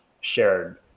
shared